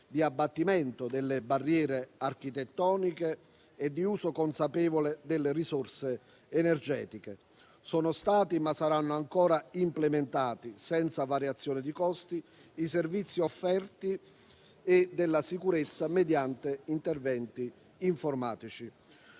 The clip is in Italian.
di abbattimento delle barriere architettoniche e di uso consapevole delle risorse energetiche. Sono stati implementati (e continueranno ad esserlo), senza variazione di costi, i servizi offerti per la sicurezza mediante interventi informatici.